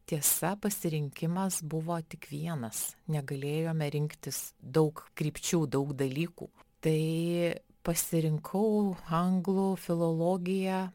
tiesa pasirinkimas buvo tik vienas negalėjome rinktis daug krypčių daug dalykų tai pasirinkau anglų filologiją